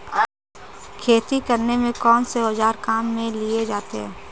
खेती करने में कौनसे औज़ार काम में लिए जाते हैं?